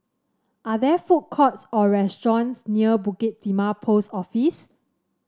are there food courts or restaurants near Bukit Timah Post Office